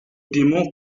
démons